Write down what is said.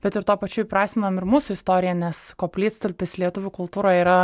bet ir tuo pačiu įprasminom ir mūsų istoriją nes koplytstulpis lietuvių kultūroj yra